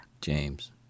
James